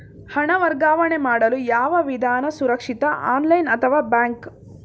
ಹಣ ವರ್ಗಾವಣೆ ಮಾಡಲು ಯಾವ ವಿಧಾನ ಸುರಕ್ಷಿತ ಆನ್ಲೈನ್ ಅಥವಾ ಬ್ಯಾಂಕ್?